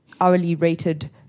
hourly-rated